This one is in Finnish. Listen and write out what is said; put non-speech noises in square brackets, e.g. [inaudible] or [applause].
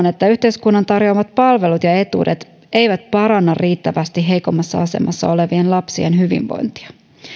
[unintelligible] että yhteiskunnan tarjoamat palvelut ja ja etuudet eivät paranna riittävästi heikoimmassa asemassa olevien lapsien hyvinvointia